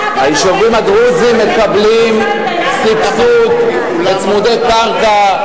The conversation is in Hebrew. היישובים הדרוזיים מקבלים סבסוד לצמודי קרקע.